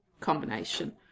combination